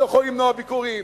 הוא יכול למנוע ביקורים,